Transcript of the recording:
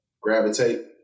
gravitate